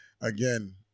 again